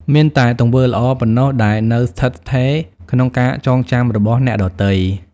មានតែ ទង្វើល្អ ប៉ុណ្ណោះដែលនៅស្ថិតស្ថេរនៅក្នុងការចងចាំរបស់អ្នកដទៃ។